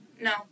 No